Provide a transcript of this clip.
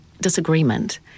disagreement